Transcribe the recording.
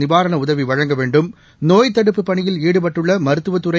நிவாரண உதவி வழங்க வேண்டும் நோய் தடுப்புப் பணியில் ஈடுபட்டுள்ள மருத்துவத்துறை